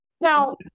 Now